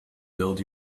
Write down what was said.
build